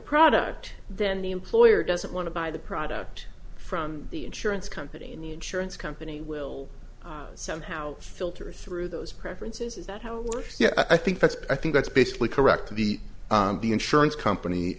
product then the employer doesn't want to buy the product from the insurance company and the insurance company will somehow filter through those preferences is that how it works yeah i think that's i think that's basically correct the insurance company